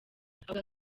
avuga